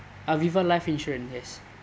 Aviva life insurance yes